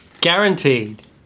Guaranteed